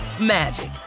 magic